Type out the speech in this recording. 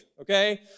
okay